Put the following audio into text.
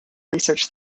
research